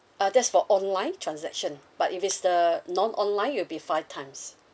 uh that's for online transaction but if it's the non online it'll be five times